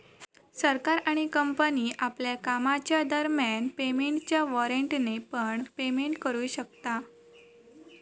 सरकार आणि कंपनी आपल्या कामाच्या दरम्यान पेमेंटच्या वॉरेंटने पण पेमेंट करू शकता